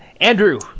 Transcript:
Andrew